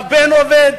הבן עובד,